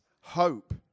hope